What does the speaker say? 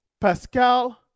Pascal